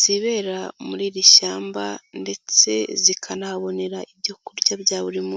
zibera muri iri shyamba ndetse zikanahabonera ibyo kurya bya buri munsi.